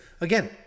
again